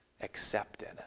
accepted